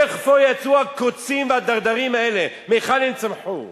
מאיפה יצאו הקוצים והדרדרים האלה, מהיכן הם צמחו?